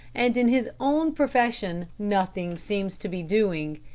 and in his own profession nothing seems to be doing.